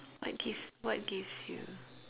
what gives what gives you